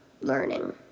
learning